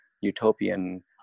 utopian